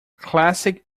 classic